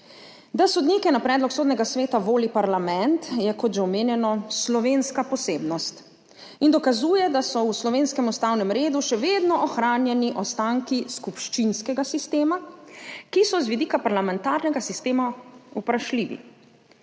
Da sodnike na predlog Sodnega sveta voli parlament, je, kot že omenjeno, slovenska posebnost in dokazuje, da so v slovenskem ustavnem redu še vedno ohranjeni ostanki skupščinskega sistema, ki so z vidika parlamentarnega sistema vprašljivi.